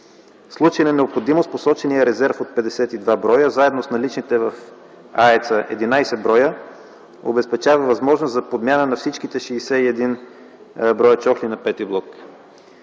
В случай на необходимост посоченият резерв от 52 броя, заедно с наличните в АЕЦ-а 11 броя, обезпечава възможност за подмяна на всичките 61 броя чохли на V блок.